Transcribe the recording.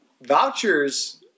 Vouchers